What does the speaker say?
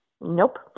Nope